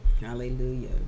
hallelujah